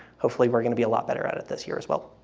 hopefully we're going to be a lot better at it this year as well.